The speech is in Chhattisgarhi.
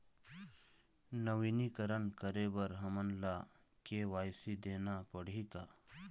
नवीनीकरण करे बर हमन ला के.वाई.सी देना पड़ही का?